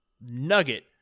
nugget